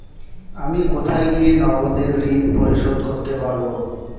আমি কোথায় গিয়ে নগদে ঋন পরিশোধ করতে পারবো?